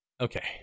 okay